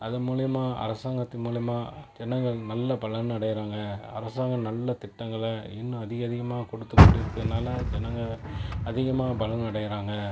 அதன் மூலிமா அரசாங்கத்து மூலிமா ஜனங்கள் நல்ல பலன் அடைகிறாங்க அரசாங்க நல்ல திட்டங்கள இன்னும் அதிக அதிகமாக கொடுத்து கொண்டு இருக்கிறதால ஜனங்கள் அதிகமாக பலன் அடைகிறாங்க